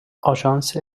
آژانس